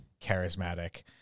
charismatic